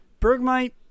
Bergmite